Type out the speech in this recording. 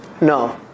No